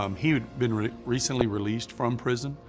um he'd been recently released from prison,